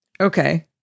Okay